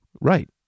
Right